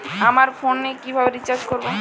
আমার ফোনে কিভাবে রিচার্জ করবো?